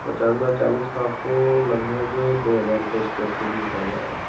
पचास बाय चालीस का आपको लगभग दो हज़ार रुपये स्क्वायर फीट में पड़ जाएगा